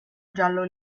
giallo